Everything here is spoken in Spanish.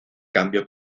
cambio